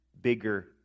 bigger